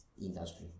industry